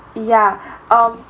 yeah um